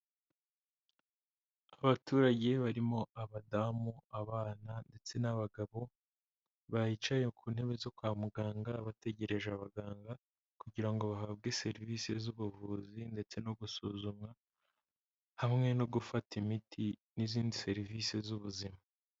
Abaturage barimo abadamu, abana ndetse n'abagabo, bicaye ku ntebe zo kwa muganga, bategereje abaganga kugira ngo bahabwe serivisi z'ubuvuzi ndetse no gusuzumwa, hamwe no gufata imiti n'izindi serivisi z'ubuzima.